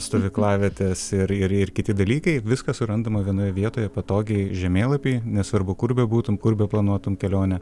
stovyklavietės ir ir kiti dalykai viskas surandama vienoje vietoje patogiai žemėlapy nesvarbu kur bebūtum kur beplanuotum kelionę